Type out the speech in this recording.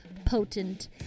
potent